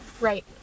Right